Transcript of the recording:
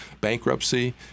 bankruptcy